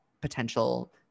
potential